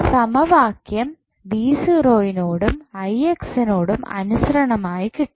സമവാക്ക്യം നോടും നോടും അനുശ്രണമായി കിട്ടും